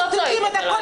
את לא צועקת עליי.